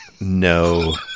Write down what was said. No